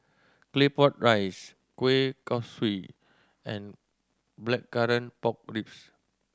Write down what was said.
Claypot Rice kueh kosui and Blackcurrant Pork Ribs